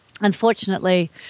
unfortunately